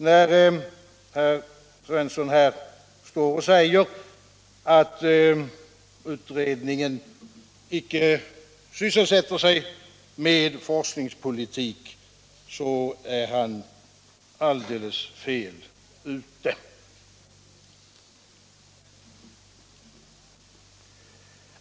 När herr Svensson står här och säger att utredningen icke sysselsätter sig med forskningspolitik tar han alldeles miste.